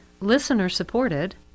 listener-supported